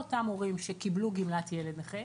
הם לכל אותם הורים שקיבלו גמלת ילד נכה,